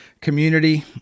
community